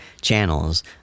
channels